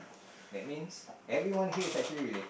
that means everyone here is actually relate